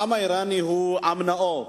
העם האירני הוא עם נאור.